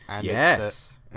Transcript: Yes